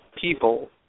people